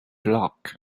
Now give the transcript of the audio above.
luck